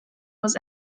was